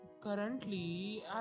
Currently